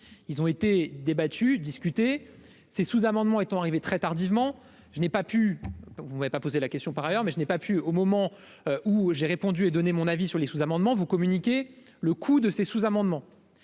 ils ont été débattus discuter ces sous-amendements étant arrivés très tardivement, je n'ai pas pu vous avez pas posé la question, par ailleurs, mais je n'ai pas pu, au moment où j'ai répondu et donner mon avis sur les sous-amendements vous communiquer le coût de ces sous-amendements,